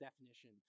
definition